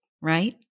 right